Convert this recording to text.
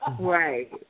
Right